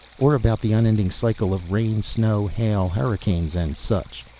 or about the unending cycle of rain, snow, hail, hurricanes and such.